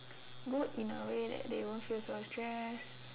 good in a way that they won't feel so stressed